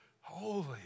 holy